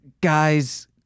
Guys